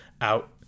out